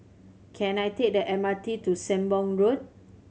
can I take the M R T to Sembong Road